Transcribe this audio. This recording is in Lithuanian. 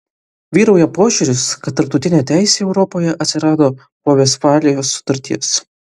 vyrauja požiūris kad tarptautinė teisė europoje atsirado po vestfalijos sutarties